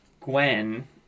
Gwen